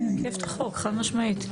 זה יעכב את החוק, חד משמעית.